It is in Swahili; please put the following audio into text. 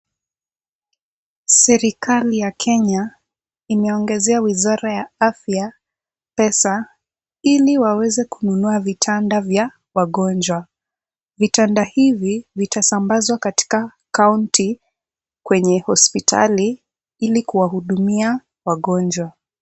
Sirikali ya Kenya, imeongezea wizara ya afya pesa ili waweze kununua vitanda vya wagonjwa. Vitanda hizi vitasambazwa katika kaunti kwenye hospitali ili kuwahudumia wagonjwa.